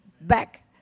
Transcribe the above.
back